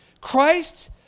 Christ